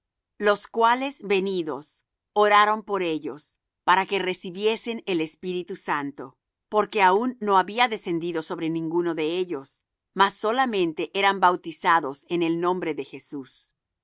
los cuales venidos oraron por ellos para que recibiesen el espíritu santo porque aun no había descendido sobre ninguno de ellos mas solamente eran bautizados en el nombre de jesús